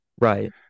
right